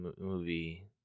movie